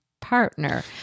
partner